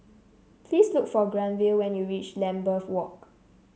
please look for Granville when you reach Lambeth Walk